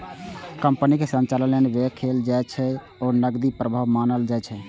कंपनीक संचालन लेल जे व्यय कैल जाइ छै, ओ नकदी प्रवाह मानल जाइ छै